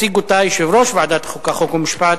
(חסרי ישע), התשע"א 2011, לוועדת החוקה, חוק ומשפט